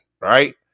right